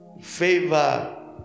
favor